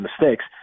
mistakes